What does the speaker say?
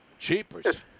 Cheapers